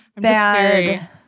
bad